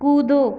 कूदो